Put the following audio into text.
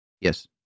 Yes